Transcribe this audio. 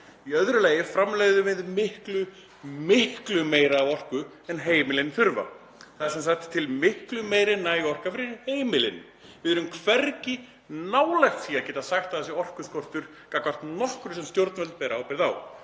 Í öðru lagi framleiðum við miklu, miklu meira af orku en heimilin þurfa. Það er sem sagt til miklu meira en næg orka fyrir heimilin. Við erum hvergi nálægt því að geta sagt að það sé orkuskortur gagnvart nokkru sem stjórnvöld bera ábyrgð á.